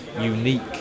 unique